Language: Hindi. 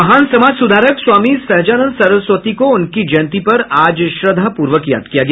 महान समाज सुधारक स्वामी सहजानंद सरस्वती को उनकी जयंती पर आज श्रद्धापूर्वक याद किया गया